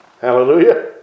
Hallelujah